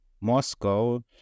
Moscow